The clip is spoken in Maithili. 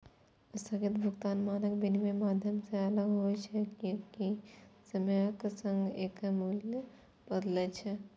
स्थगित भुगतान मानक विनमय माध्यम सं अलग होइ छै, कियैकि समयक संग एकर मूल्य बदलै छै